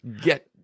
Get